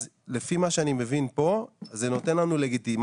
אז לפי מה שאני מבין פה, זה נותן לנו לגיטימציה,